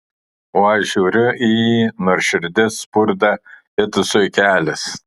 o aš žiūriu į jį nors širdis spurda it zuikelis